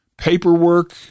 paperwork